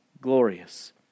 glorious